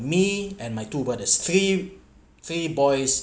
me and my two brothers three three boys